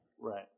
Right